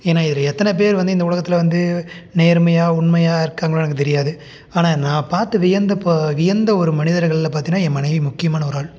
ஏன்னா இதில் எத்தனை பேர் வந்து இந்த உலகத்தில் வந்து நேர்மையாக உண்மையாக இருக்காங்களோ எனக்கு தெரியாது ஆனால் நான் பார்த்து வியந்த ப வியந்த ஒரு மனிதர்கள்ல பார்த்திங்கன்னா என் மனைவி முக்கியமான ஒரு ஆள்